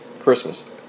Christmas